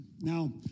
Now